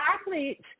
athletes